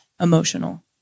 emotional